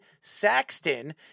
Saxton